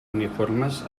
uniformes